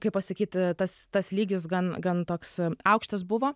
kaip pasakyt tas tas lygis gan gan toks aukštas buvo